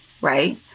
right